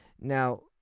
Now